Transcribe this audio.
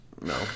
No